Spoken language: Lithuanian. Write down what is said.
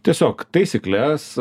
tiesiog taisykles